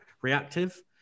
reactive